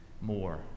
more